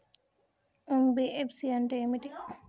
NBFC అంటే ఏమిటి?